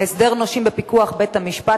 הסדר נושים בפיקוח בית-המשפט),